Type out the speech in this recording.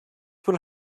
will